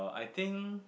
I think